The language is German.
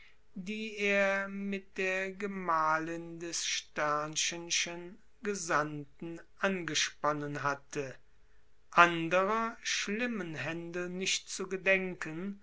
die er mit der gemahlin des schen gesandten angesponnen hatte anderer schlimmen händel nicht zu gedenken